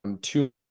two